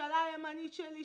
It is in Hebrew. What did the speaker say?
הממשלה הימנית שלי,